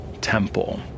temple